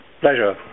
Pleasure